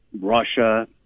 Russia